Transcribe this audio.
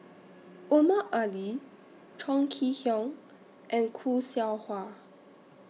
Omar Ali Chong Kee Hiong and Khoo Seow Hwa